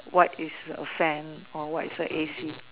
what is a fan or what is a A_C